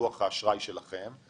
ניתוח האשראי שלכם,